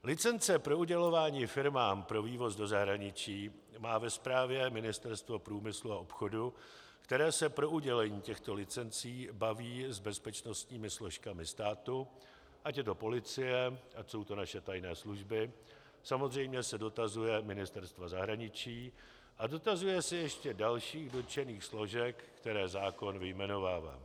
Licence pro udělování firmám pro vývoz do zahraničí má ve správě Ministerstvo průmyslu a obchodu, které se pro udělení těchto licencí baví s bezpečnostními složkami státu, ať je to policie, ať jsou to naše tajné služby, samozřejmě se dotazuje Ministerstva zahraničí a dotazuje se ještě dalších dotčených složek, které zákon vyjmenovává.